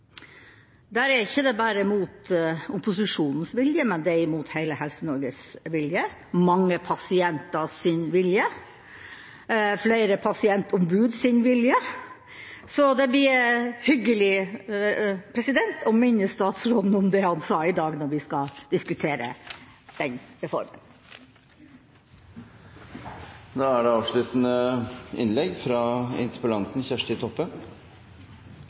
Der er det ikke bare mot opposisjonens vilje, det er mot hele Helse-Norges vilje, mot mange pasienters vilje, mot flere pasientombuds vilje, så det blir hyggelig å minne statsråden om det han sa i dag, når vi skal diskutere den reformen. Eg vil takka dei som har hatt ordet. For meg er